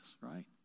right